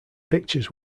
pictures